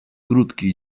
krótki